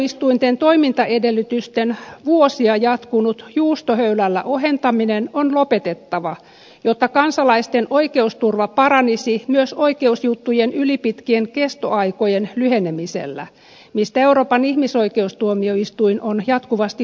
tuomioistuinten toimintaedellytysten vuosia jatkunut juustohöylällä ohentaminen on lopetettava jotta kansalaisten oikeusturva paranisi myös oikeusjuttujen ylipitkien kestoaikojen lyhenemisellä mistä euroopan ihmisoikeustuomioistuin on jatkuvasti huomauttanut